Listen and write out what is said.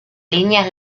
líneas